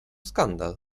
skandal